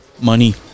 Money